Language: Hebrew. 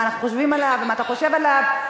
אנחנו חושבים עליו ומה אתה חושב עליו.